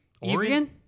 Oregon